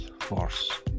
force